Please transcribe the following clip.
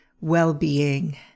well-being